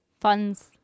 funds